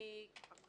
הרבה